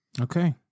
Okay